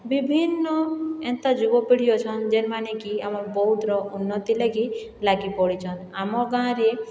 ବିଭିନ୍ନ ଏନ୍ତା ଯୁବପିଢ଼ୀ ଅଛନ୍ ଯେନ୍ ମାନେକି ଆମର ବୌଦ୍ଧର ଉନ୍ନତି ଲାଗି ଲାଗି ପଡ଼ିଛନ୍ ଆମ ଗାଁ ରେ